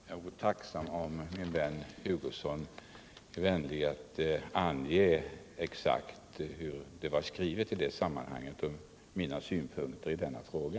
Herr talman! Jag vore tacksam om min vän Hugosson ville vara vänlig att ange exakt hur det var skrivet i det sammanhanget samt mina synpunkter i denna fråga.